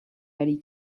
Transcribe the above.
ready